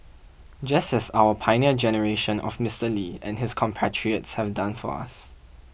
just as our Pioneer Generation of Mister Lee and his compatriots have done for us